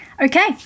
Okay